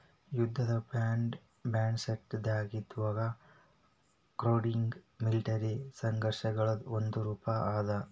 ಯುದ್ಧದ ಬಾಂಡ್ಸೈದ್ಧಾಂತಿಕವಾಗಿ crowdfunding military ಸಂಘರ್ಷಗಳದ್ ಒಂದ ರೂಪಾ ಅದ